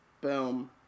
Boom